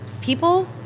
people